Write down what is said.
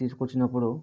తీసుకు వచ్చినపుడు